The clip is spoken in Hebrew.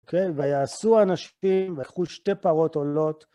כן? ויעשו אנשים ויקחו שתי פרות עולות.